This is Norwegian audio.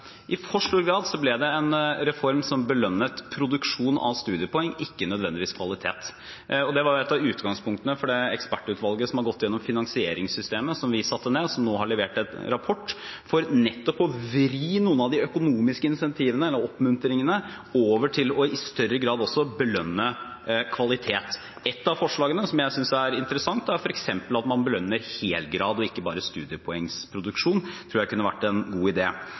i for stor grad ble en reform som belønnet produksjon av studiepoeng, ikke nødvendigvis kvalitet. Det var et av utgangspunktene for det ekspertutvalget som vi satte ned, og som har gått gjennom finansieringssystemet og levert en rapport for nettopp å vri noen av de økonomiske incentivene – eller oppmuntringene – over til i større grad også å belønne kvalitet. Et av forslagene jeg synes er interessant, er f.eks. at man belønner hel grad og ikke bare studiepoengproduksjon, det tror jeg kunne vært en god